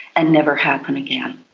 and never happen again.